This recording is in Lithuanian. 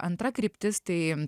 antra kryptis tai